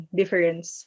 difference